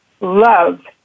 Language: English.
Love